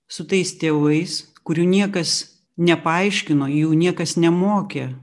su tais tėvais kurių niekas nepaaiškino jų niekas nemokė